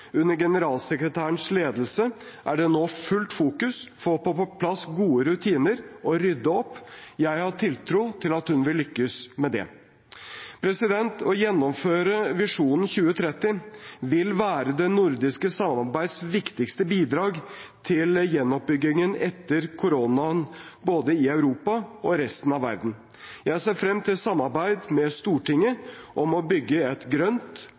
Under generalsekretærens ledelse er det nå fullt fokus på å få på plass gode rutiner og rydde opp. Jeg har tiltro til at hun vil lykkes med det. Å gjennomføre Visjon 2030 vil være det nordiske samarbeidets viktigste bidrag til gjenoppbyggingen etter koronaen både i Europa og i resten av verden. Jeg ser frem til et samarbeid med Stortinget om å bygge et grønt,